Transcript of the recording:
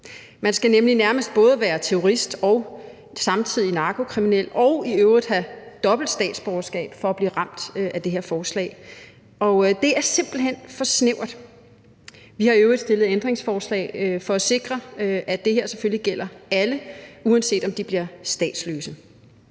Man skal nemlig nærmest både være terrorist og samtidig narkokriminel og i øvrigt have dobbelt statsborgerskab for at blive ramt af det her forslag, og det er simpelt hen for snævert. Vi har i øvrigt stillet ændringsforslag for at sikre, at det her selvfølgelig gælder alle, uanset om man bliver statsløs.